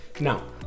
Now